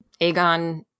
Aegon